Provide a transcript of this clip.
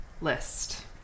list